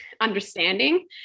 understanding